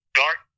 dark